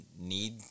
need